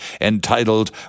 entitled